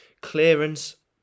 clearance